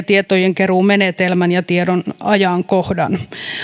tietojenkeruumenetelmän ja tiedon ajankohdan